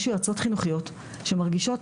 יש יועצות חינוכיות שמרגישות,